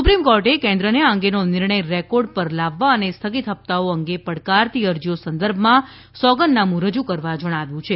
supreme કોર્ટે કેન્દ્રને આ અંગેનો નિર્ણય રેકોર્ડ પર લાવવા અને સ્થગિત હપ્તાઓ અંગે પડકારતી અરજીઓ સંદર્ભમાં સોગંદનામું રજૂ કરવા જણાવ્યું છે